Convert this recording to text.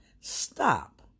Stop